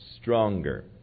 stronger